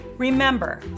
Remember